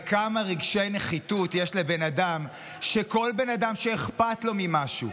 כמה רגשי נחיתות יש לבן אדם שכל בן אדם שאכפת לו ממשהו,